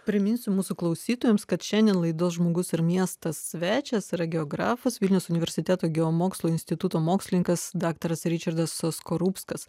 priminsiu mūsų klausytojams kad šiandien laidos žmogus ir miestas svečias yra geografas vilniaus universiteto geomokslų instituto mokslinkas daktaras ričardas so skorupskas